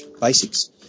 basics